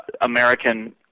American